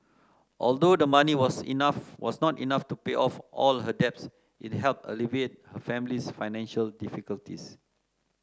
although the money was enough was not enough to pay off all her debts it helped alleviate her family's financial difficulties